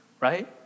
right